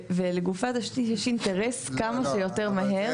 ולגופי התשתית יש אינטרס כמה שיותר מהר.